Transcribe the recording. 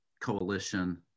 Coalition